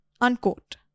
unquote